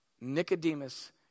Nicodemus